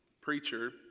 preacher